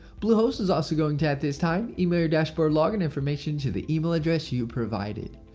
bluehost is also going to at this time email your dashboard login information to the email address you provided.